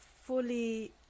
fully